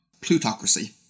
Plutocracy